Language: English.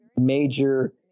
major